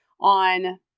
on